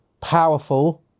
powerful